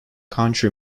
country